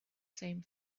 same